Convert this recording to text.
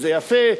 זה יפה,